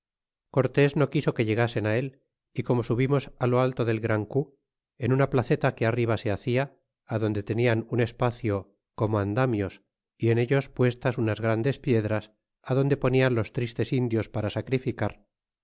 no quiso que llegasen él y como subimos lo alto del gran cu en una placeta que arriba se hacia adonde tenian un espacio como andamios y en ellos puestas unas grandes piedras adonde ponian los tristes indios para sacrificar